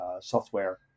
software